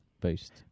boost